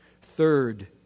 Third